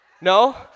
No